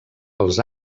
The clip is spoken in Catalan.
els